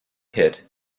hit